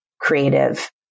creative